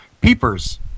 Peepers